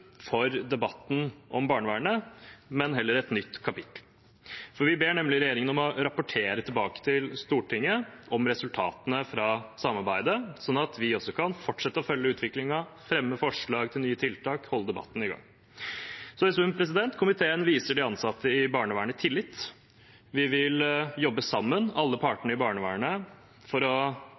for debatten om barnevernet, men heller et nytt kapittel, for vi ber nemlig regjeringen om å rapportere tilbake til Stortinget om resultatene fra samarbeidet, slik at vi også kan fortsette å følge utviklingen, fremme forslag til nye tiltak, holde debatten i gang. I sum: Komiteen viser de ansatte i barnevernet tillit. Vi vil jobbe sammen med alle partene i barnevernet for å